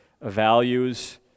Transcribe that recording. values